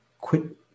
quit